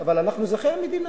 אבל אנחנו אזרחי המדינה.